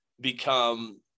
become